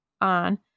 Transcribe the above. on